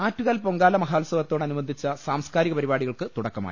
ആറ്റുകാൽ പൊങ്കാല മഹോത്സവത്തോടനു ബ ന്ധിച്ച സാംസ്കാരിക പരിപാടികൾക്ക് തുടക്കമായി